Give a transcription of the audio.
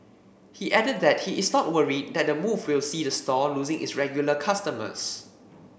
he added that he is not worried that the move will see the store losing its regular customers